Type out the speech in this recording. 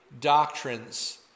doctrines